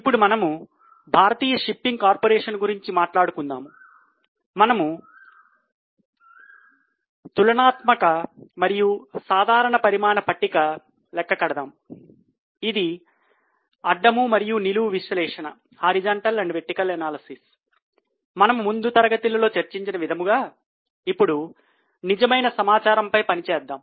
ఇప్పుడు మనము భారతీయ షిప్పింగ్ కార్పొరేషన్ గురించి మాట్లాడుకుందాం మనము తులనాత్మక మనము ముందు తరగతిలో చర్చించిన విధంగా ఇప్పుడు నిజమైన సమాచారం పై పని చేద్దాం